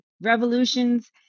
Revolutions